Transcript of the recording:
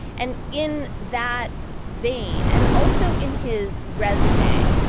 and in that vein and also in his resume,